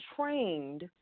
trained